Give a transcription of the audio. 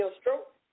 stroke